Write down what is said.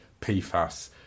PFAS